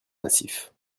massif